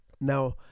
Now